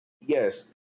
yes